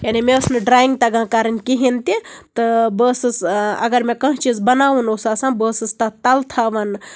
یعنی مےٚ ٲسۍ نہٕ ڈریِنگ تَگان کَرٕنۍ کِہیٖنۍ تہِ تہٕ بہٕ ٲسٕس اَگر مےٚ کانٛہہ چیٖز بَناوُن اوس آسان بہٕ ٲسٕس تَتھ تَلہٕ تھاوان